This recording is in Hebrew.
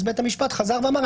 אז בית המשפט חזר ואמר,